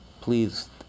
Please